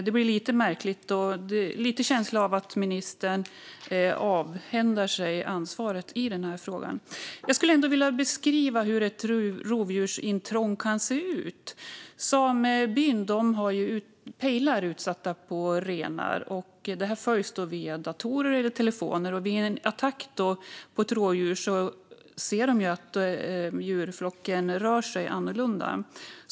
Det blir lite märkligt, och jag har lite känslan av att ministern avhänder sig ansvaret i den här frågan. Jag skulle vilja beskriva hur ett rovdjursintrång kan se ut. Samebyn har pejlar utsatta på renar, och de följs via datorer eller telefoner. Vid en attack från ett rovdjur ser de att flocken rör sig annorlunda.